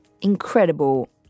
incredible